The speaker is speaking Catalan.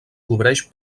cobreix